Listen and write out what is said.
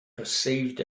perceived